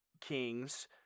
Kings